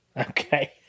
Okay